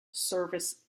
service